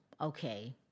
okay